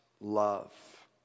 love